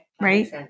Right